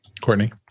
Courtney